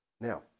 now